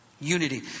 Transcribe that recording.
Unity